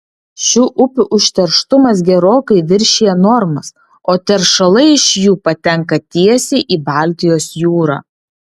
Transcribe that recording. šių upių užterštumas gerokai viršija normas o teršalai iš jų patenka tiesiai į baltijos jūrą